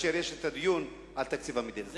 כאשר יש הדיון על תקציב המדינה.